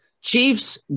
Chiefs